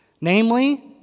namely